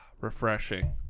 Refreshing